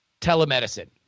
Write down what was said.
telemedicine